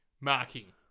marking